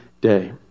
day